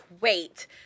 wait